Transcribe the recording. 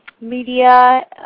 media